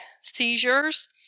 seizures